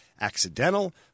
accidental